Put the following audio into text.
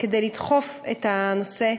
כדי לדחוף את הנושא,